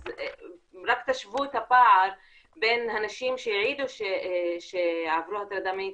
אז רק תשוו את הפער בין הנשים שהעידו שעברו הטרדה מינית